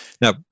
Now